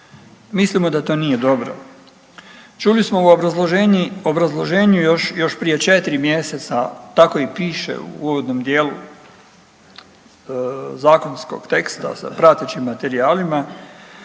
Mislimo da to nije dobro. Čuli smo u obrazloženju još prije četiri mjeseca, tako i piše u uvodnom dijelu zakonskog teksta sa pratećim materijalima,